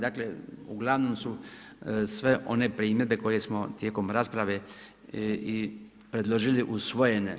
Dakle, uglavnom su sve one primjedbe koje smo tijekom rasprave i predložili usvojene.